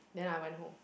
then I went home